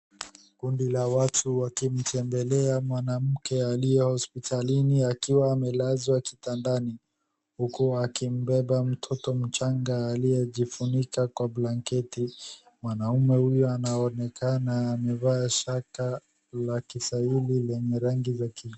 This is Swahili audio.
Kundi la watu wakimtembelea mwanamke aliye hosipitalini akiwa amelazwa kitandani huku akimbeba mtoto mchanga aliyefunika kwa blanketi. Mwanaume huyu anaonekana amevaa shaka la kiswahili lenye rangi za ki...